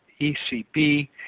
ECB